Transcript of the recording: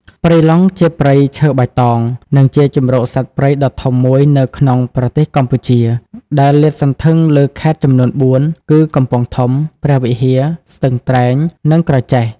ព្រៃឡង់ជាព្រៃឈើបៃតង និងជាជម្រកសត្វព្រៃដ៏ធំមួយនៅក្នុងប្រទេសកម្ពុជា ដែលលាតសន្ធឹងលើខេត្តចំនួនបួនគឺ កំពង់ធំ ព្រះវិហារ ស្ទឹងត្រែង និងក្រចេះ។